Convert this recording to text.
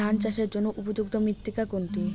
ধান চাষের জন্য উপযুক্ত মৃত্তিকা কোনটি?